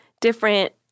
different